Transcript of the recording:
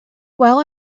while